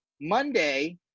monday